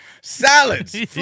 salads